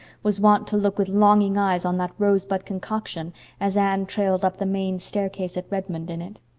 was wont to look with longing eyes on that rosebud concoction as anne trailed up the main staircase at redmond in it.